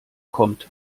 kommt